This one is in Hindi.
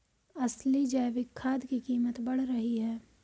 असली जैविक खाद की कीमत बढ़ रही है